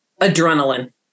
adrenaline